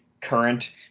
current